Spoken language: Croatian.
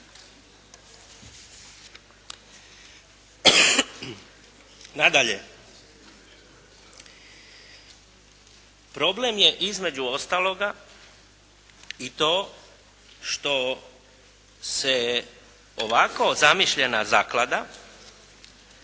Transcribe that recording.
Nadalje, problem je između ostaloga i to što se ovako zamišljena zaklada